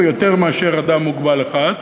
ויותר מאדם מוגבל אחד.